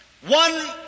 one